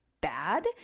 bad